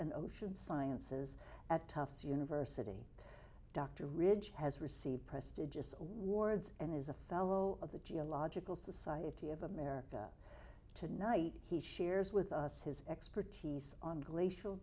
and ocean sciences at tufts university dr ridge has received prestigious awards and is a fellow of the geological society of america tonight he shares with us his expertise on glaci